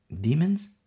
demons